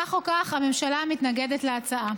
כך או כך הממשלה מתנגדת להצעה.